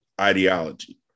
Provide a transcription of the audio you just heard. ideology